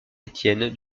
étienne